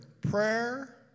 Prayer